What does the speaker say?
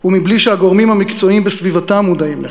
ומבלי שהגורמים המקצועיים בסביבתם מודעים לכך.